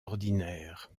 ordinaires